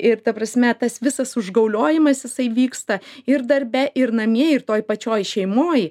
ir ta prasme tas visas užgauliojimas jisai vyksta ir darbe ir namie ir toj pačioj šeimoj